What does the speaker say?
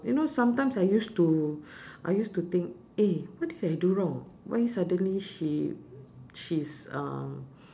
you know sometimes I used to I used to think eh what did I do wrong why suddenly she she's um